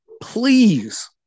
please